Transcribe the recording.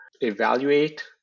evaluate